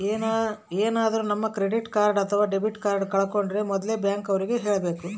ಏನಾದ್ರೂ ನಮ್ credit card ಅಥವಾ ಡೆಬಿಟ್ ಕಾರ್ಡ್ ಕಳ್ಕೊಂಡ್ರೆ ಮೊದ್ಲು ಬ್ಯಾಂಕ್ ಅವ್ರಿಗೆ ಹೇಳ್ಬೇಕು